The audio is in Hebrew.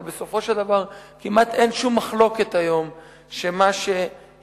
אבל בסופו של דבר היום כמעט שאין מחלוקת שמה שהציל,